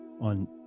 on